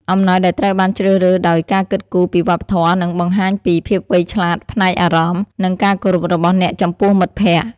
អំណោយដែលត្រូវបានជ្រើសរើសដោយការគិតគូរពីវប្បធម៌ នឹងបង្ហាញពី ភាពវៃឆ្លាតផ្នែកអារម្មណ៍ និងការគោរពរបស់អ្នកចំពោះមិត្តភក្តិ។